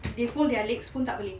they fold their legs fold pun tak boleh